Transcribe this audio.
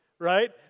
right